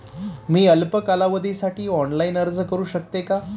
मी अल्प कालावधीसाठी ऑनलाइन अर्ज करू शकते का?